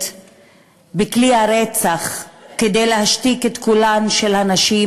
בכלי הרצח כדי להשתיק את קולן של הנשים,